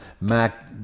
mac